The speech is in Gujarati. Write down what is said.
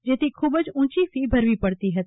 જેથી ખુબ જ ઊંચી ફી ભરવી પડતી ફતી